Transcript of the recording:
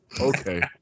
Okay